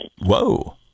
Whoa